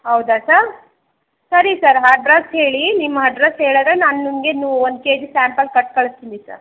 ಹೌದಾ ಸ ಸರಿ ಸರ್ ಹಡ್ರೆಸ್ ಹೇಳಿ ನಿಮ್ಮ ಹಡ್ರೆಸ್ ಹೇಳದ್ರೆ ನಾನು ನಿಮಗೆ ಮೂ ಒಂದು ಕೆ ಜಿ ಸ್ಯಾಂಪಲ್ ಕೊಟ್ ಕಳಿಸ್ತೀನಿ ಸರ್